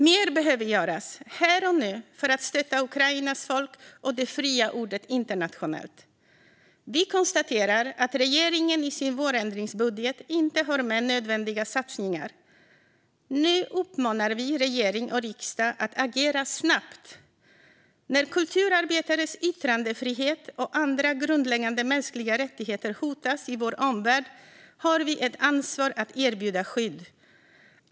Mer behöver dock göras här och nu för att stötta Ukrainas folk och det fria ordet internationellt. Vi konstaterar att regeringen i sin vårändringsbudget inte har med nödvändiga satsningar. Nu uppmanar vi regering och riksdag att agera snabbt. När kulturarbetares yttrandefrihet och andra grundläggande mänskliga rättigheter hotas i vår omvärld har vi ett ansvar att erbjuda skydd.